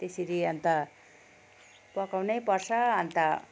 त्यसरी अन्त पकाउनै पर्छ अन्त